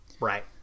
right